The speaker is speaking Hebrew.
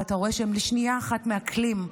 ואתה רואה שלשנייה אחת הם מעכלים,